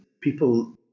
People